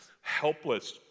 helpless